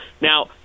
Now